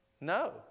No